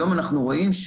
היום אנחנו רואים,